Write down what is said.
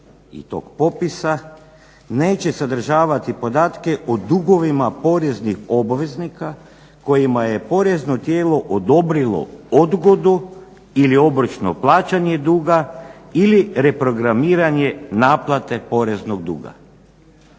i tog popisa neće sadržavati podatke o dugovima poreznih obveznika kojima je porezno tijelo odobrilo odgodu ili obročno plaćanje duga ili reprogramiranje naplate poreznog duga.